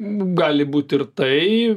gali būti ir tai